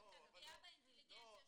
זו פגיעה באינטליגנציה שלהם.